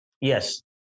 Yes